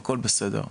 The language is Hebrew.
הכול בסדר.